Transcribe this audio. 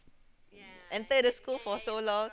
enter the school for so long